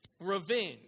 Revenge